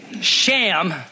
Sham